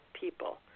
people